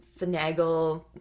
finagle